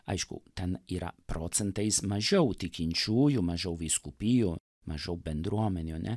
aišku ten yra procentais mažiau tikinčiųjų mažiau vyskupijų mažiau bendruomenių ane